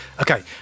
Okay